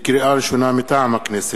לקריאה ראשונה, מטעם הכנסת,